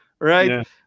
right